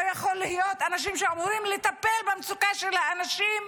לא יכול להיות שאנשים שאמורים לטפל במצוקה של אנשים,